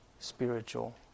Spiritual